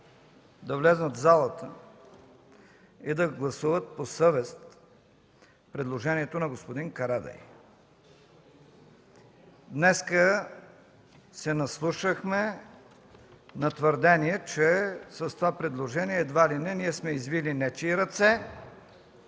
да влязат в залата и да гласуват по съвест предложението на господин Карадайъ. Днес се наслушахме на твърдения, че с това предложение едва ли не ние сме извили нечии ръце,